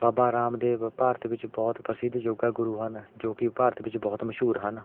ਬਾਬਾ ਰਾਮਦੇਵ ਭਾਰਤ ਵਿੱਚ ਬਹੁਤ ਪ੍ਰਸਿੱਧ ਯੋਗਾ ਗੁਰੂ ਹਨ ਜੋ ਕਿ ਭਾਰਤ ਵਿੱਚ ਬਹੁਤ ਮਸ਼ਹੂਰ ਹਨ